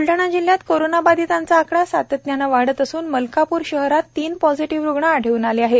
बुलडाणा जिल्ह्यातील कोरोना बाधीतांचा आकडा सातत्याने वाढत असून मलकापूर शहरात तीन पॉझिटिव्ह रुग्ण आढळून आले आहेत